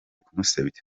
kumusebya